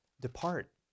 depart